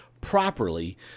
properly